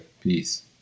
peace